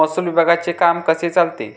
महसूल विभागाचे काम कसे चालते?